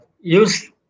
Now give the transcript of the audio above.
use